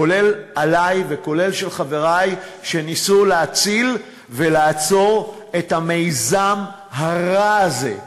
כולל שלי וכולל של חברי שניסו להציל ולעצור את המיזם הרע הזה,